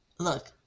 look